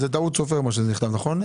טעות סופר, נכון?